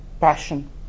passion